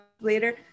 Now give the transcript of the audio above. later